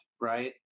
right